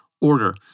order